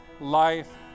life